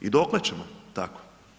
I dokle ćemo tako?